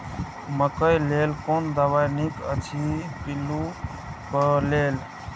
मकैय लेल कोन दवा निक अछि पिल्लू क लेल?